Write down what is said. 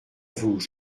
vous